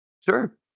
Sure